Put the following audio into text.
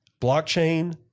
Blockchain